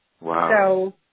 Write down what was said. Wow